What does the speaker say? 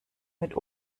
mit